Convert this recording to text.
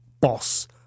boss